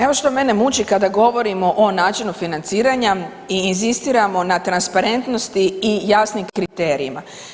Evo što mene muči kada govorimo o načinu financiranja i inzistiramo na transparentnosti i jasnim kriterijima.